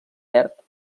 verd